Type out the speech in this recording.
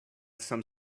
some